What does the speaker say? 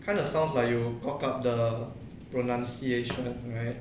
kind of sound like you cock up the pronunciation right